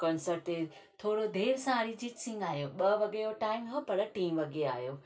concert ते थोड़ो देरि सां अरिजीत सिंह आयो ॿ वॻे जो टाइम हुयो पर टी वॻे आयो